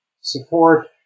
support